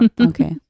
Okay